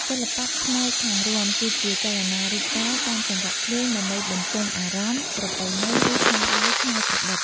សិល្បៈផ្នែកខាងរាំ គឺជាចលនារូបកាយតាមចង្វាក់ភ្លេង ដើម្បីបញ្ចេញអារម្មណ៍ ប្រពៃណី ឬស្នាដៃច្នៃប្រឌិត។